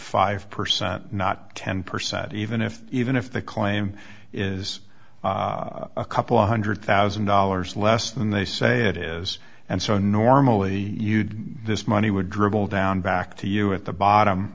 five percent not ten percent even if even if the claim is a couple of one hundred thousand dollars less than they say it is and so normally you'd this money would dribble down back to you at the bottom